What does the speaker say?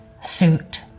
suit